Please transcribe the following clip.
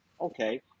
okay